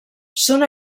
són